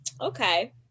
okay